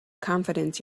confidence